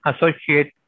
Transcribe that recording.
associate